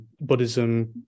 buddhism